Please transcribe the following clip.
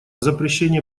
запрещении